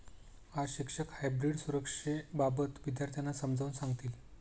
आज शिक्षक हायब्रीड सुरक्षेबाबत विद्यार्थ्यांना समजावून सांगतील